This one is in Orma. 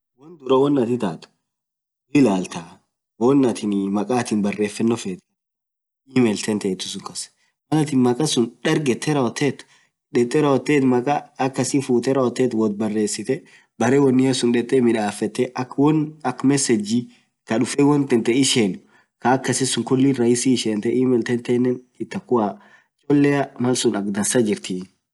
dursaa makka atin barefenoo feet ilaltaa taa emailii, malaat makaa dargeet detee baresitee baree ak mesagii naam dufee isheen kulii duub ak cholee ishentii, duub akdansaa jirtii.